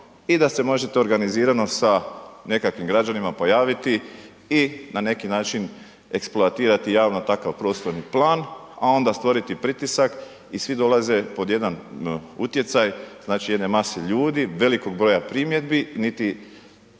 i da se možete organizirano sa nekakvim građanima pojaviti i na neki način eksploatirati javno takav prostorni plan, a onda stvoriti pritisak i svi dolaze pod jedan utjecaj, znači, jedne mase ljudi, velikog broja primjedbi, niti